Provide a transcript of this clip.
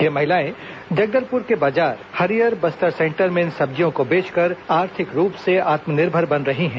ये महिलाएं जगदलपुर के बाजार हरियर बस्तर सेंटर में इन सब्जियों को बेचकर आर्थिक रूप आत्मनिर्भर बन रही हैं